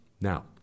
Now